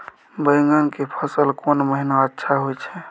बैंगन के फसल कोन महिना अच्छा होय छै?